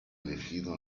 elegido